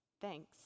Thanks